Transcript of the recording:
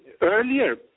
earlier